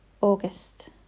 August